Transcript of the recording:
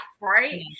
right